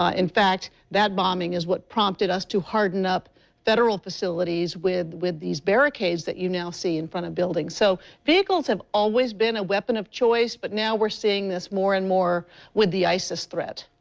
um in fact, that bombing is what prompted us to harden up federal facilities with with these barricades you now see in front of buildings. so vehicles have always been a weapon of choice, but now we're seeing this more and more with the isis threat.